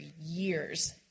years